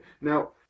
Now